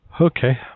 Okay